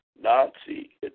Nazi